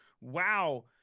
wow